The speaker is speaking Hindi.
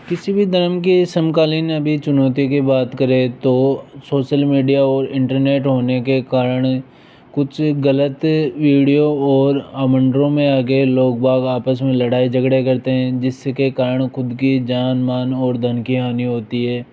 किसी भी धर्म के समकालीन अभी चुनौती की बात करें तो सोशल मीडिया और इंटरनेट होने के कारण कुछ गलत वीडियो और आमंडरों में आ के लोग बाग आपस में लड़ाई झगड़े करते हैं जिसके कारण ख़ुद की जान वान और धन की हानि होती है